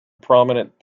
prominent